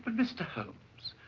mr. holmes,